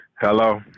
Hello